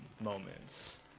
moments